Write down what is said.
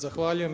Zahvaljujem.